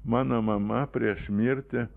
mano mama prieš mirtį